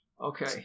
Okay